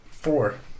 Four